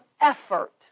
effort